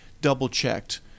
double-checked